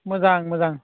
मोजां मोजां